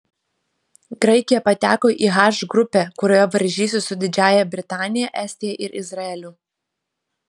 graikija pateko į h grupę kurioje varžysis su didžiąja britanija estija ir izraeliu